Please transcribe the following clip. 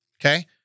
okay